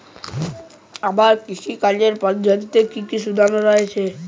আবাদ কৃষি পদ্ধতির কি কি সুবিধা রয়েছে?